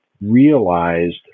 realized